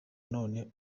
none